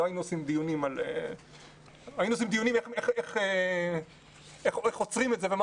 היינו עושים דיונים על איך עוצרים את זה ומה